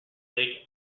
lake